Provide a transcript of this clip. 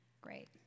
great